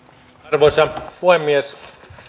arvoisa puhemies